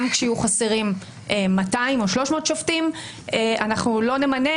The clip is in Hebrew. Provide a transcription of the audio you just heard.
גם כשיהיו חסרים 200 או 300 שופטים אנחנו לא נמנה?